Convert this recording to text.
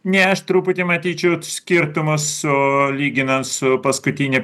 ne aš truputį matyčiau skirtumą su lyginant su paskutine